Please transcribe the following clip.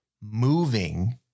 moving